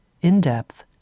in-depth